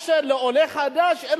מה שלעולה חדש אין,